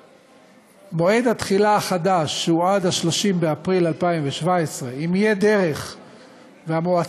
שמועד התחילה החדש הוא עד 30 באפריל 2017. אם תהיה דרך והמועצה,